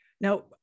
Now